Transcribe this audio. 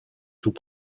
tout